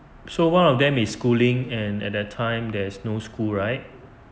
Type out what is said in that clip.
so one of them is schooling and at that time there's no school right